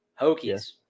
Hokies